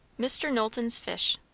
mr. knowlton's fish.